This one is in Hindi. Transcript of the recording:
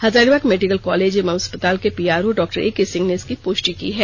हजारीबाग मेडिकल कॉलेज एवं अस्पताल के पीआरओ डॉ एके सिंह ने इसकी पुष्टि की है